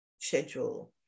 schedule